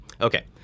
okay